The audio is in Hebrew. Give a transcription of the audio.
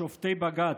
שופטי בג"ץ.